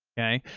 okay,